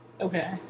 Okay